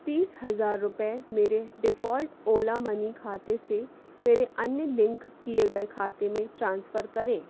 तीस हज़ार रुपये मेरे डिफ़ॉल्ट ओला मनी खाते से मेरे अन्य लिंक किए गए खाते में ट्रांसफ़र करें